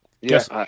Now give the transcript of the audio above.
Yes